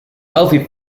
wealthy